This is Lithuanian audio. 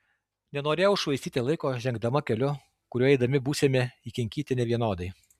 nenorėjau švaistyti laiko žengdama keliu kuriuo eidami būsime įkinkyti nevienodai